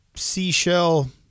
seashell